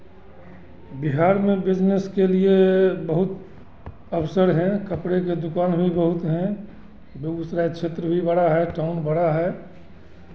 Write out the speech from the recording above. बिहार में बिज़नेस के लिए बहुत अवसर है कपड़े के दुकान भी बहुत हैं बेगूसराय क्षेत्र भी बड़ा है टाउन बड़ा है